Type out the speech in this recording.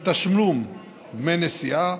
מתשלום דמי נסיעה